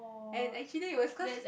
and actually it was cause